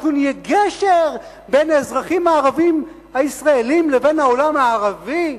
אנחנו נהיה גשר בין האזרחים הערבים הישראלים לבין העולם הערבי.